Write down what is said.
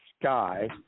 Sky